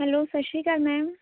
hello ਸਤਿ ਸ਼੍ਰੀ ਅਕਾਲ ਮੈਮ